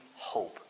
hope